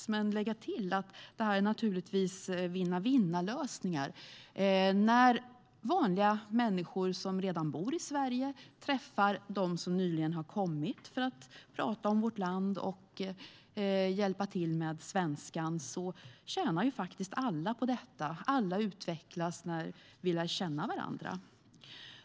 Men jag vill lägga till att det här naturligtvis är vinn-vinnlösningar. När vanliga människor som redan bor i Sverige träffar dem som nyligen har kommit för att prata om vårt land och hjälpa till med svenskan tjänar alla på det. Alla utvecklas när vi lär känna varandra.